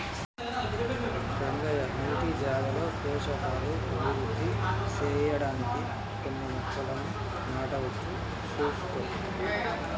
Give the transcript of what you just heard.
రంగయ్య నీటి జాగాలో పోషకాలు అభివృద్ధి సెయ్యడానికి కొన్ని మొక్కలను నాటవచ్చు సూసుకో